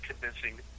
convincing